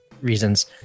reasons